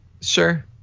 Sure